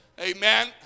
Amen